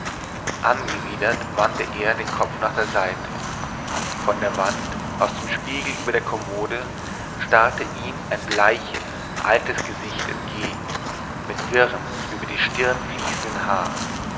angewidert wandte er den kopf nach der seite von der wand aus dem spiegel über der kommode starrte ihm ein bleiches altes gesicht entgegen mit wirrem über die stirn fließendem haar